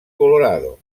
colorado